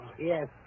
Yes